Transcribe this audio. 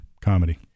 comedy